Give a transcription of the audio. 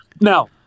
Now